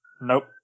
Nope